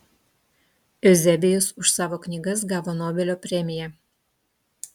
euzebijus už savo knygas gavo nobelio premiją